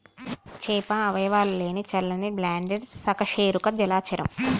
చేప అవయవాలు లేని చల్లని బ్లడెడ్ సకశేరుక జలచరం